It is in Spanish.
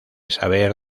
saber